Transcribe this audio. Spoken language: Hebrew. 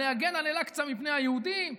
על להגן על אל-אקצא מפני היהודים.